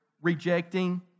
rejecting